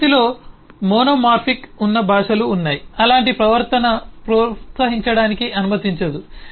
ప్రకృతిలో మోనోమార్ఫిక్ ఉన్న భాషలు ఉన్నాయి అలాంటి ప్రవర్తనను ప్రోత్సహించడానికి అనుమతించదు